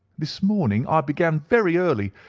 this morning i began very early,